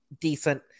decent